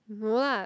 no lah